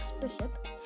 Bishop